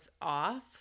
off